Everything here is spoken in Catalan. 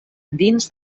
dins